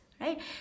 right